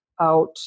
out